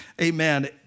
Amen